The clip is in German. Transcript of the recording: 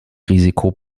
risiko